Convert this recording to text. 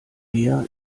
meer